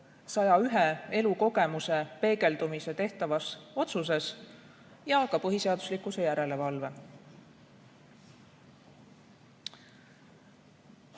101 elukogemuse peegeldumise tehtavas otsuses kui ka põhiseaduslikkuse järelevalve.